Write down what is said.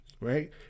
right